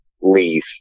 leave